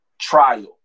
trial